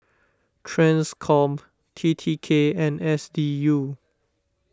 Transcom T T K and S D U